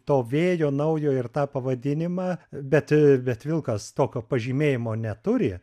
to vėjo naujo ir tą pavadinimą bet bet vilkas tokio pažymėjimo neturi